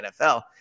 NFL